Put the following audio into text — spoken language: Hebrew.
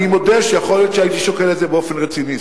אני מודה שיכול להיות שהייתי שוקל את זה באופן רציני.